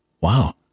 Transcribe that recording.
Wow